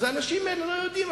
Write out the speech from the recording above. אז האנשים האלה לא יודעים,